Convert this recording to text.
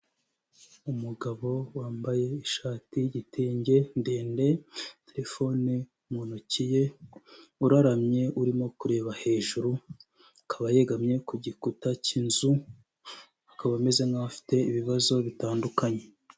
Umugabo wambaye ishati y'igitenge ndende, terefone mu ntoki ye uraramye urimo kureba hejuru, akaba yegamye ku gikuta cy'inzu, akaba ameze nk'aho afite ibibazo bitandukanye.